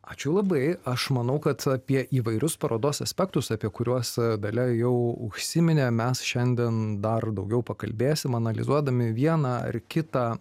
ačiū labai aš manau kad apie įvairius parodos aspektus apie kuriuos dalia jau užsiminė mes šiandien dar daugiau pakalbėsim analizuodami vieną ar kitą